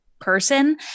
person